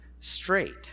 straight